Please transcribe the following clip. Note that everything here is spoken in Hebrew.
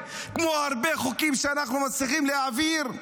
כמו הרבה חוקים שאנחנו מצליחים להעביר,